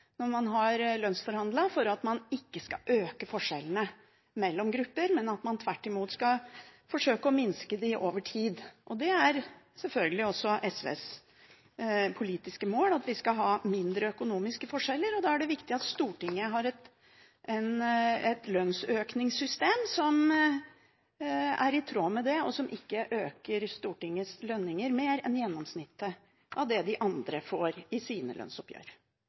når man har lønnsforhandlet, for at man ikke skal øke forskjellene mellom grupper, men tvert imot skal forsøke å minske dem over tid. Det er selvfølgelig også SVs politiske mål at vi skal ha mindre økonomiske forskjeller. Da er det viktig at Stortinget har et lønnssystem som er i tråd med det, og som ikke øker Stortingets lønninger mer enn gjennomsnittet av det andre får i sine lønnsoppgjør.